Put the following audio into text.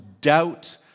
doubt